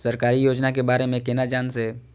सरकारी योजना के बारे में केना जान से?